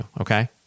okay